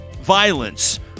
violence